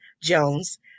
Jones